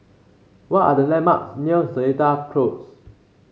what are the landmarks near Seletar Close